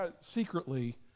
secretly